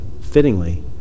fittingly